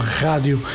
rádio